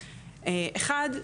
אחד,